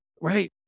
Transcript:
Right